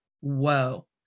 whoa